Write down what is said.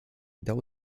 dał